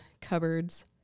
cupboards